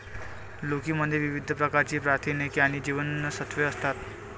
लौकी मध्ये विविध प्रकारची प्रथिने आणि जीवनसत्त्वे असतात